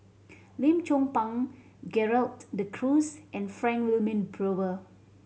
Lim Chong Pang Gerald De Cruz and Frank Wilmin Brewer